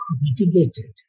mitigated